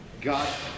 God